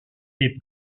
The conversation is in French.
est